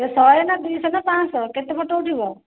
ଶହେ ନା ଦୁଇଶହ ନା ପାଞ୍ଚଶହ କେତେ ଫୋଟୋ ଉଠିବ